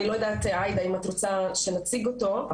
אני לא יודעת אם את רוצה שנציג אותו,